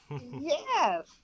Yes